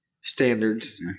standards